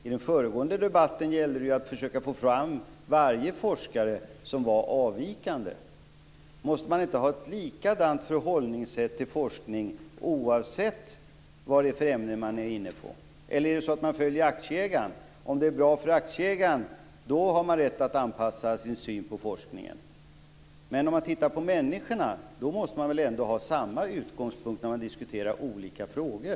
I den föregående debatten gällde det att försöka fram varje forskare som var avvikande. Måste man inte ha ett likadant förhållningssätt till forskning oavsett vilket ämne man är inne på? Eller är det så att man följer aktieägarna? Om det är bra för aktieägarna har man rätt att anpassa sin syn på forskningen. Men om man tittar på människorna måste man väl ändå ha samma utgångspunkt när man diskuterar olika frågor,